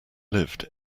lived